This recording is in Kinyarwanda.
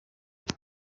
imwe